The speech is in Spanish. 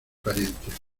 parientes